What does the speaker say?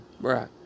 Right